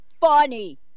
funny